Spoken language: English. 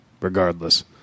regardless